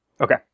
Okay